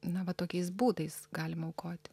na va tokiais būdais galima aukot